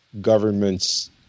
governments